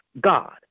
God